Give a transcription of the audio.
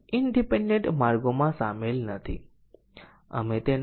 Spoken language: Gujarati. ચાલો હું તેને ફરીથી પુનરાવર્તન કરું